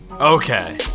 Okay